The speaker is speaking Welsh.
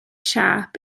siâp